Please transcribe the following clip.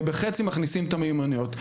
ובחצי מכניסים את המיומנויות,